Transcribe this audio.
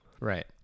Right